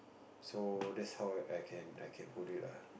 so that's how I can I can put it ah